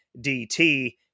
dt